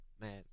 man